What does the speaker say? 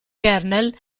kernel